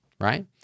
right